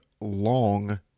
long